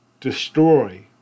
destroy